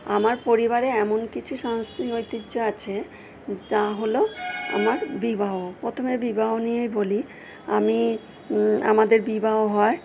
আমার পরিবারে এমন কিছু সংস্কৃতিক ঐতিহ্য আছে তা হল আমার বিবাহ প্রথমে বিবাহ নিয়েই বলি আমি আমাদের বিবাহ হয়